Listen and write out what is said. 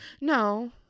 No